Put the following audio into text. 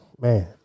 man